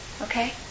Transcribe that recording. Okay